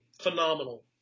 phenomenal